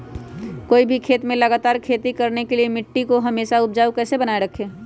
कोई भी खेत में लगातार खेती करने के लिए मिट्टी को हमेसा उपजाऊ कैसे बनाय रखेंगे?